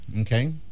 Okay